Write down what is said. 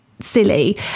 silly